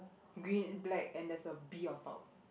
green black and there's a bee on top